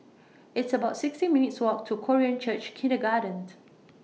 It's about sixteen minutes' Walk to Korean Church Kindergarten